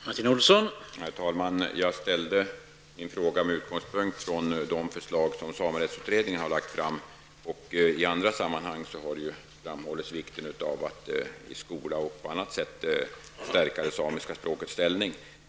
Herr talman! Jag ställde min fråga med utgångspunkt i de förslag som samerättsutredningen har lagt fram. I andra sammanhang har man framhållit vikten av att i skolan och på annat sätt stärka det samiska språkets ställning.